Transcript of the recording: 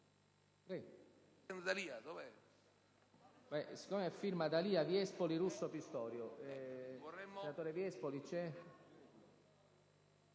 Grazie